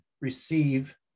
receive